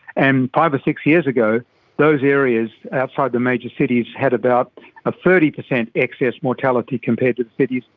and five or six years ago those areas outside the major cities had about a thirty percent excess mortality compared to the cities,